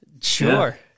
sure